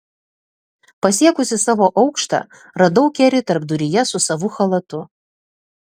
pasiekusi savo aukštą radau kerį tarpduryje su savu chalatu